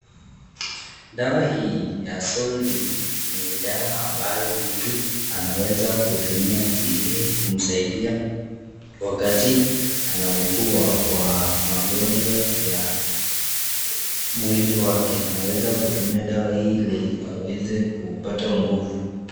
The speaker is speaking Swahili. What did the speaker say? Dawa hii ya SOl-D ni dawa ambayo mtu anaweza kutumia ili kumsaidia wakati anaugua kwa magonjwa ya mwili wake. Anaweza kutumia dawa hii ili apate nguvu.